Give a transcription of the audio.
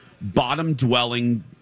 bottom-dwelling